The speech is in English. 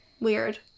Weird